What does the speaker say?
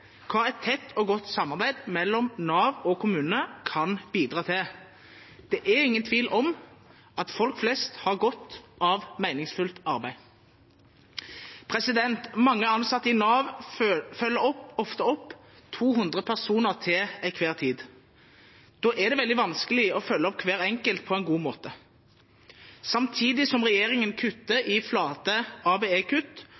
hva et tett og godt samarbeid mellom Nav og kommunen kan bidra til. Det er ingen tvil om at folk flest har godt av meningsfullt arbeid. Mange ansatte i Nav følger ofte opp 200 personer til envher tid. Da er det veldig vanskelig å følge opp hver enkelt på en god måte. Samtidig som regjeringen kutter